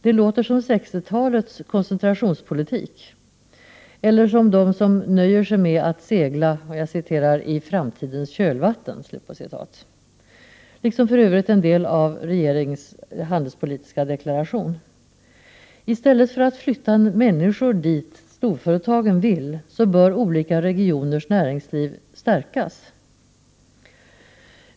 Det låter som 60-talets koncentrationspolitik eller som de som nöjer sig med att segla ”i framtidens kölvatten”. Detta gäller för övrigt en del av regeringens handelspolitiska deklaration. I stället för att flytta människor dit där storföretagen vill ha dem bör olika regioners näringsliv stärkas.